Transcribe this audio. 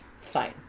Fine